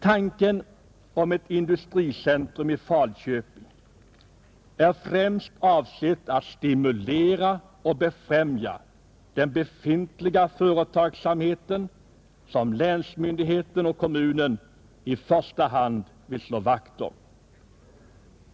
Tanken på ett industricentrum i Falköping är främst avsedd att stimulera och befrämja den befintliga företagsamheten, som länsmyndigheterna och kommunen i första hand vill slå vakt om.